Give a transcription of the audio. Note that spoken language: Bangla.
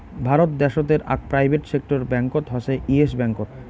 ভারত দ্যাশোতের আক প্রাইভেট সেক্টর ব্যাঙ্কত হসে ইয়েস ব্যাঙ্কত